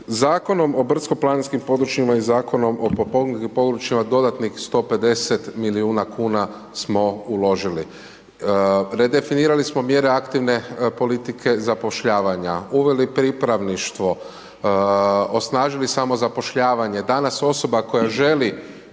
Zakonom o brdsko planinskim područjima i Zakonom o o potpomognutim područjima dodatnih 150 milijuna kuna smo uložili. Redefinirali smo mjere aktivne politike zapošljavanja, uveli pripravništvo, osnažili samozapošljavanje. Danas osoba koja želi